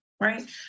Right